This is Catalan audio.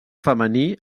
femení